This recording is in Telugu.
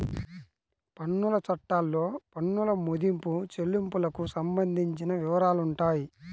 పన్నుల చట్టాల్లో పన్నుల మదింపు, చెల్లింపులకు సంబంధించిన వివరాలుంటాయి